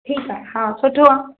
ठीक आहे हा सुठो आहे